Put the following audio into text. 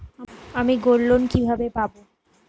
আমি গোল্ডলোন কিভাবে পাব?